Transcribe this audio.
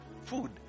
food